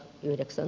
kiitos